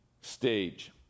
stage